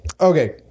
Okay